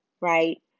right